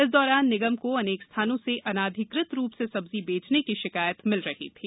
इस दौरान निगम को अनेक स्थानों से अनाधिकृत रूप से सब्जी बेचने की शिकायत मिल रही थी